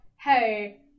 hey